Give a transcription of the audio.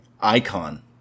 icon